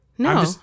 No